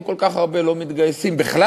אם כל כך הרבה לא מתגייסים בכלל,